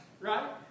right